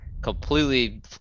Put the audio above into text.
completely